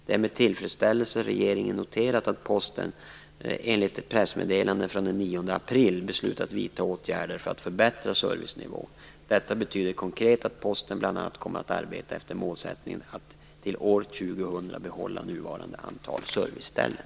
Det är med tillfredsställelse regeringen noterat att Posten, enligt ett pressmeddelande från den 9 april, beslutat att vidta åtgärder för att förbättra servicenivån. Detta betyder konkret att Posten bl.a. kommer att arbeta efter målsättningen att till år 2000 behålla nuvarande antal serviceställen.